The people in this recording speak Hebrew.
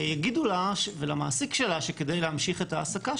יגידו לה ולמעסיק שלה שכדי להמשיך את העסקתה